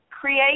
create